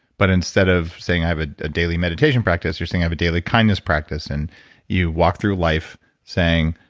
but instead of saying, i have a a daily meditation practice, you're saying, i have a daily kindness practice. and you walk through life saying,